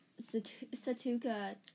Satuka